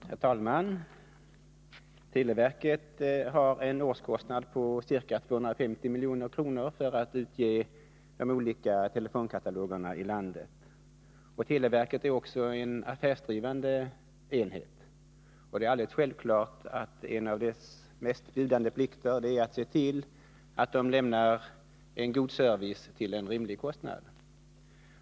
Herr talman! Televerket har en årskostnad på ca 250 milj.kr. för att utge de olika telefonkatalogerna i landet. Televerket är också en affärsdrivande enhet. Det är alldeles klart att en av dess bjudande plikter är att se till att det lämnas en god service till en rimlig kostnad.